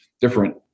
different